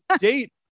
date